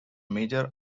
major